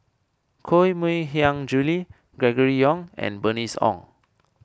Koh Mui Hiang Julie Gregory Yong and Bernice Ong